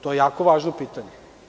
To je jako važno pitanje.